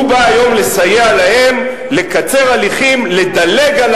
הוא בא היום לסייע להן לקצר הליכים, לדלג על